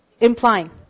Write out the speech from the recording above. implying